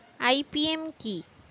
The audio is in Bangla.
আই.পি.এম কি?